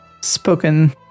spoken